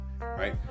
right